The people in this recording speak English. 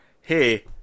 hey